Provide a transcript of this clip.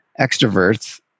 extroverts